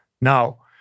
Now